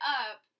up